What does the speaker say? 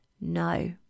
no